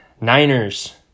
Niners